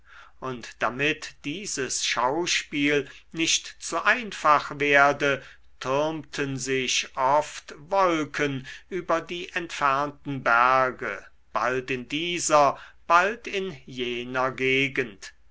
und damit dieses schauspiel nicht zu einfach werde türmten sich oft wolken über die entfernten berge bald in dieser bald in jener gegend